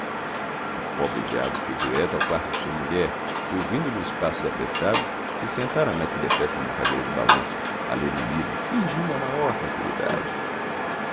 o pobre-diabo foi direto ao quarto de sua mulher que ouvindo-lhe os passos apressados se sentara mais que depressa numa cadeira de balanço a ler um livro fingindo a maior tranqüilidade